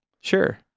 Sure